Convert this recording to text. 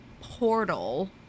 portal